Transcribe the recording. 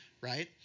Right